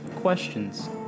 questions